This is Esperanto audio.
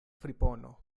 fripono